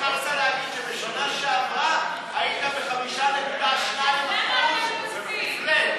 ושכחת להגיד שבשנה שעברה היית ב-5.2% אז למה אתם,